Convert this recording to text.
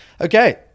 Okay